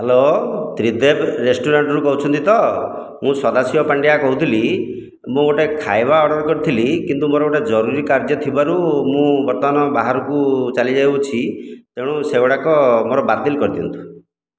hello Tribeda ରେଷ୍ଟୁରାଣ୍ଟରୁ କହୁଛନ୍ତି ତ ମୁଁ ସଦାଶିବ ପାଣ୍ଡିଆ କହୁଥିଲି ମୁଁ ଗୋଟିଏ ଖାଇବା ଅର୍ଡ଼ର କରିଥିଲି କିନ୍ତୁ ମୋର ଗୋଟିଏ ଜରୁରୀ କାର୍ଯ୍ୟ ଥିବାରୁ ମୁଁ ବର୍ତ୍ତମାନ ବାହାରକୁ ଚାଲିଯାଉଛି ତେଣୁ ସେଗୁଡ଼ାକ ମୋର ବାତିଲ କରିଦିଅନ୍ତୁ